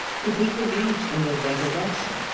who disbelieved in the resurrection.